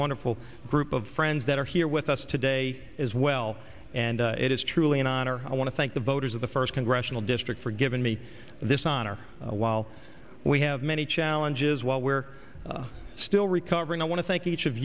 wonderful group of friends that are here with us today as well and it is truly an honor i want to thank the voters of the first congressional district for giving me this honor while we have many challenges while we're still recovering i want to thank each of